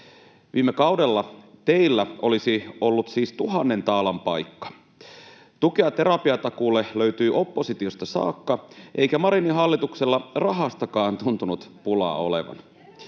Viime kaudella teillä olisi ollut siis tuhannen taalan paikka. Tukea terapiatakuulle löytyi oppositiosta saakka, eikä Marinin hallituksella rahastakaan tuntunut pulaa olevan,